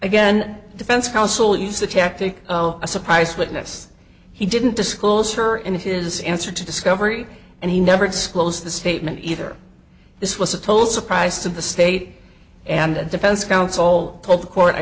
again defense counsel used the tactic a surprise witness he didn't disclose her and his answer to discovery and he never disclosed the statement either this was a total surprise to the state and defense counsel told the court i